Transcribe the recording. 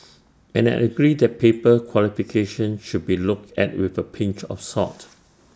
and I agree that paper qualifications should be looked at with A pinch of salt